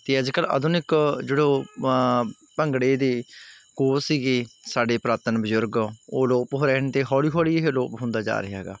ਅਤੇ ਅੱਜ ਕੱਲ੍ਹ ਆਧੁਨਿਕ ਜਿਹੜੇ ਭੰਗੜੇ ਦੇ ਕੋਲ ਸੀਗੇ ਸਾਡੇ ਪੁਰਾਤਨ ਬਜ਼ੁਰਗ ਉਹ ਅਲੋਪ ਹੋ ਰਹੇ ਨੇ ਹੌਲੀ ਹੌਲੀ ਇਹ ਅਲੋਪ ਹੁੰਦਾ ਜਾ ਰਿਹਾ ਹੈਗਾ